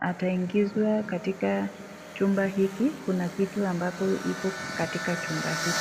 Ataingizwa katika chumba hiki. Kuna kitu ambacho iko katika chumba hiki.